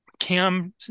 cam